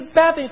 bad